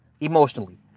emotionally